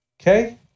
Okay